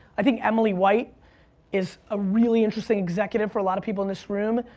i think emily white is a really interesting executive for a lot of people in this room.